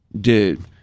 dude